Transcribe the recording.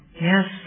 Yes